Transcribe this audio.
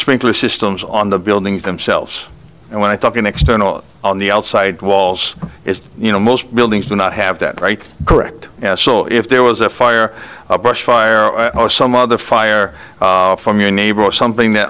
sprinkler systems on the buildings themselves and when i talk in external on the outside walls it's you know most buildings do not have that right correct so if there was a fire a brush fire or some other fire from your neighbor or something that